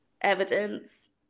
evidence